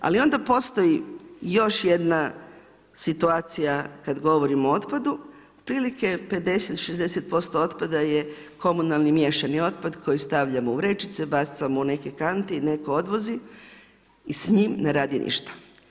Ali onda postoji jedna situacija kada govorimo o otpadu otprilike 50, 60% otpada je komunalni miješani otpad koji stavljamo u vrećice, bacamo u neke kante i neko odvozi i s njim ne radi ništa.